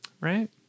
right